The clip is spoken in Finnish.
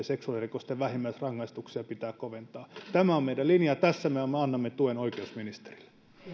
seksuaalirikosten vähimmäisrangaistuksia pitää koventaa tämä on meidän linjamme ja tässä me annamme tuen oikeusministerille